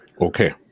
Okay